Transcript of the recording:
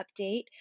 update